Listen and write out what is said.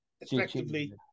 effectively